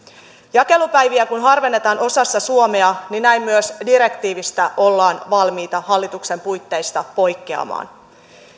jakelupäiviä kun harvennetaan osassa suomea näin myös direktiivistä ollaan valmiita hallituksen puitteissa poikkeamaan